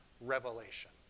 revelation